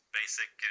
basic